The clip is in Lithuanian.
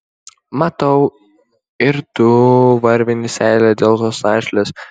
matau ir tu varvini seilę dėl tos našlės